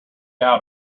out